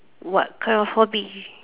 what kind of hobby